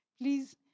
Please